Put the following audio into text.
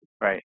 Right